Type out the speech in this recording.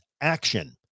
action